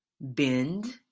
Bend